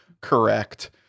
Correct